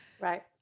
Right